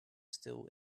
still